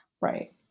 Right